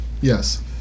Yes